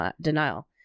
denial